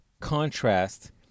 contrast